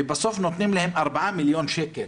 בסוף, נותנים להם ארבעה מיליון שקל